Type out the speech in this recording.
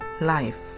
life